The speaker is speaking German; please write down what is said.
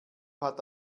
hat